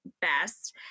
best